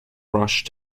brush